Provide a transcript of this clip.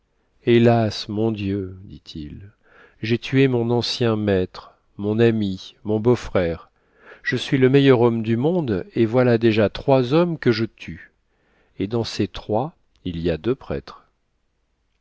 hélas mon dieu dit-il j'ai tué mon ancien maître mon ami mon beau-frère je suis le meilleur homme du monde et voilà déjà trois hommes que je tue et dans ces trois il y a deux prêtres